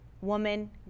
Woman